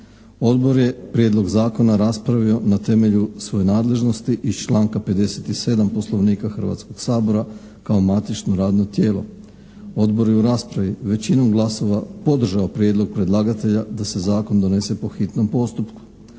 Odbor je prijedlog zakona raspravio na temelju svoje nadležnosti iz članka 57. Poslovnika Hrvatskog sabora kao matično radno tijelo. Odbor je u raspravi većinom glasova podržao prijedlog predlagatelja da se zakon donese po hitnom postupku.